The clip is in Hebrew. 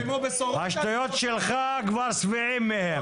השטויות שלך כבר שבעים מהם.